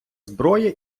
зброї